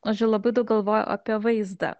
žodžiu labai daug galvoju apie vaizdą